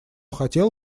хотел